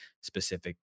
specific